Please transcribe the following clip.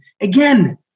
Again